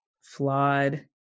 flawed